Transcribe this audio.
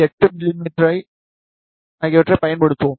8 மிமீ ஆகியவற்றைப் பயன்படுத்துவோம்